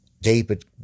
David